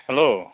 hello